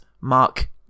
Mark